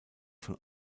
von